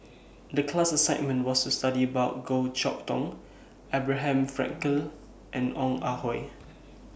The class assignment was to study about Goh Chok Tong Abraham Frankel and Ong Ah Hoi